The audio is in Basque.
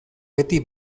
beti